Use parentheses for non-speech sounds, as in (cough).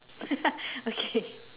(laughs) okay